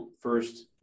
first